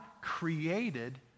created